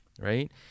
right